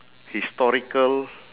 historical